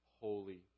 holy